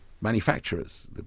manufacturers